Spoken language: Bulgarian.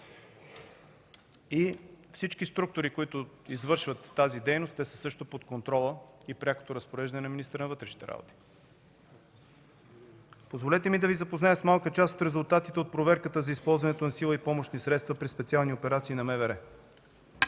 и всички структури, които извършват тази дейност, те също са под контрола и прякото разпореждане на министъра на вътрешните работи. Позволете ми да Ви запозная с малка част от резултатите от проверката за използването на сила и помощни средства при специални операции на МВР.